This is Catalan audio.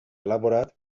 elaborat